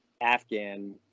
afghan